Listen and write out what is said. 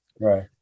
Right